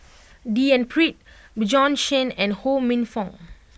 D N Pritt Bjorn Shen and Ho Minfong